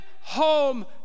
home